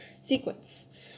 sequence